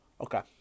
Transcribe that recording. Okay